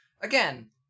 again